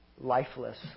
lifeless